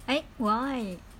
a~ why